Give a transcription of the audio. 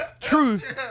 truth